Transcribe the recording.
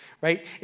right